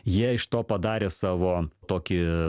jie iš to padarė savo tokį